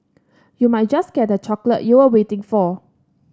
you might just get that chocolate you were waiting for